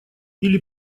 или